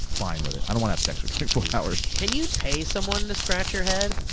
fine with it. i don't wanna have sex for twenty four hours. can you pay someone to scratch your head?